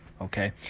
okay